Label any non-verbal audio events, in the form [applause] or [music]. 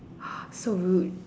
[noise] so rude